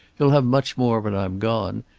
you'll have much more when i'm gone.